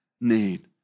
need